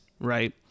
right